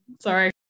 Sorry